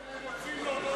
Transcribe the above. אנחנו רוצים להודות לך,